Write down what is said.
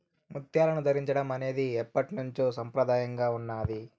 ముత్యాలను ధరించడం అనేది ఎప్పట్నుంచో సంప్రదాయంగా ఉన్నాది